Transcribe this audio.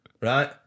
right